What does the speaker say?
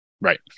Right